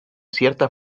cierta